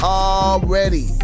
already